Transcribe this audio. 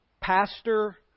pastor